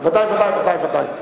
בוודאי, בוודאי.